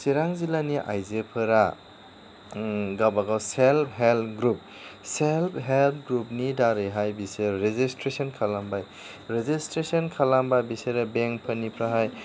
चिरां जिल्लानि आइजोफोरा गावबा गाव self help group self help ग्रुपनि दारैहाय बिसोर रेजिसट्रेसन खालामबाय रेजिस्ट्रेसन खालामबा बिसोरो बेंकफोरनिफ्राय